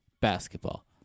basketball